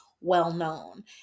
well-known